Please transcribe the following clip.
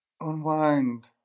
unwind